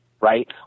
right